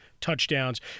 touchdowns